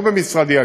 לא במשרדי,